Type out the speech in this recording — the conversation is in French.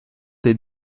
des